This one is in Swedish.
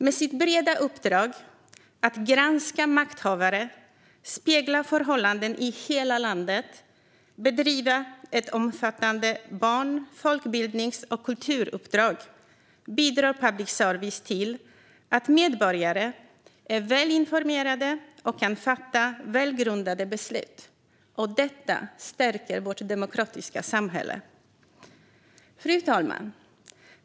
Med sitt breda uppdrag att granska makthavare, spegla förhållanden i hela landet och bedriva ett omfattande barn-, folkbildnings och kulturuppdrag bidrar public service till att medborgare är välinformerade och kan fatta välgrundade beslut. Detta stärker vårt demokratiska samhälle. Fru talman!